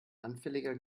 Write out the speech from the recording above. anfälliger